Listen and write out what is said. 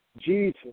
Jesus